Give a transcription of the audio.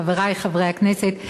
חברי חברי הכנסת,